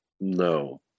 No